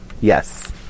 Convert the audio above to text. Yes